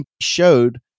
showed